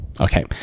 Okay